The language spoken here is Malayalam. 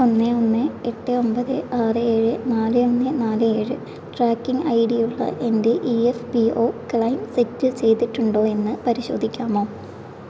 ഒന്ന് ഒന്ന് എട്ട് ഒമ്പത് ആറ് ഏഴ് നാല് ഒന്ന് നാല് ഏഴ് ട്രാക്കിംഗ് ഐടിയുള്ള എന്റെ E F P O claim settle ചെയ്തിട്ടുണ്ടോ എന്ന് പരിശോധിക്കാമോ